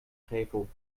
gevel